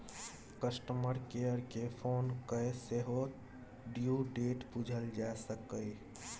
customer care केँ phone कए सेहो ड्यु डेट बुझल जा सकैए